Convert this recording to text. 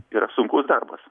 yra sunkus darbas